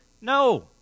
No